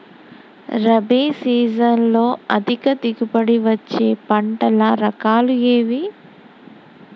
రబీ సీజన్లో అధిక దిగుబడి వచ్చే పంటల రకాలు ఏవి?